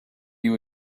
you